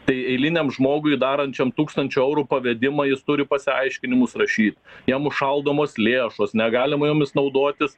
tai eiliniam žmogui darančiam tūkstančio eurų pavedimą jis turi pasiaiškinimus rašyt jam užšaldomos lėšos negalima jomis naudotis